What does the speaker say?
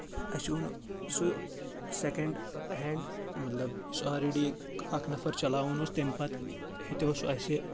اَسہِ اوٚن سُہ سیکنڈ ہینٛڈ مطلب یُس آلریڈی اکھ نفر چلاوُن اوس تمہِ پَتہٕ ہیٚتو سُہ اَسہِ